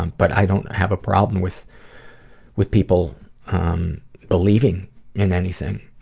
but i don't have a problem with with people believing in anything.